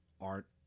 art